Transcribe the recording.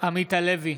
עמית הלוי,